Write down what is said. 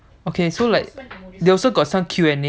okay so like